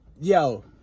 yo